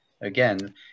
again